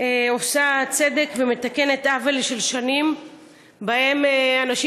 עושה צדק ומתקנת עוול של שנים שבהן אנשים